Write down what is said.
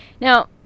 Now